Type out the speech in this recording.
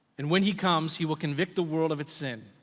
and when he comes, he will convict the world of its sin,